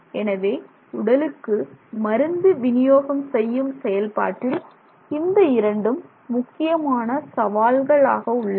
எனவே உடலுக்கு மருந்து வினியோகம் செய்யும் செயல்பாட்டில் இந்த இரண்டும் முக்கியமான சவால்களாக உள்ளன